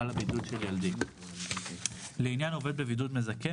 על הבידוד של ילדי (ולעניין עובד בבידוד מזכה,